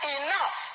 enough